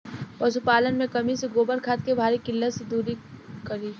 पशुपालन मे कमी से गोबर खाद के भारी किल्लत के दुरी करी?